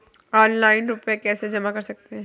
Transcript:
Offline रुपये कैसे जमा कर सकते हैं?